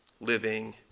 living